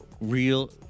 real